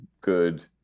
good